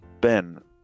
Ben